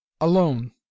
alone